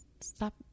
stop